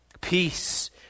peace